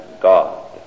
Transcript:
God